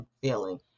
feeling